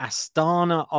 Astana